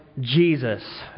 Jesus